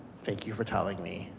thank you for telling me.